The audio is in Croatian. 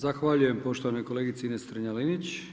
Zahvaljujem poštovanoj kolegici Ines Strenja-Linić.